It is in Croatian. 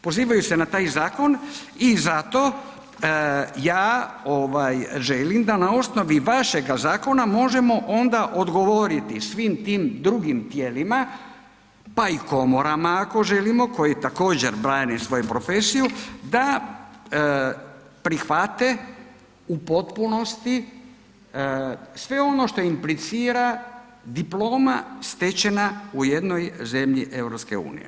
Pozivaju se na taj zakon i zato ja želim da na osnovi vašega zakona možemo onda odgovoriti svim tih drugim tijelima pa i komorama, ako želimo koje također brane svoju profesiju, da prihvate u potpunosti sve ono što implicira diploma stečena u jednoj zemlji EU.